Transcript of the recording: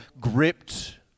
gripped